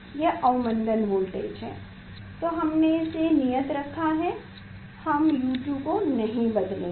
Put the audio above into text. यह अवमंदन वोल्टेज है हमने इसे नियत रखा है हम U2 को नहीं बदलेंगे